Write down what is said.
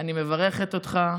אני מברכת אותך.